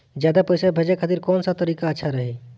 ज्यादा पईसा भेजे खातिर कौन सा तरीका अच्छा रही?